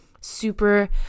super